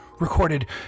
recorded